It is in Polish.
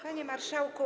Panie Marszałku!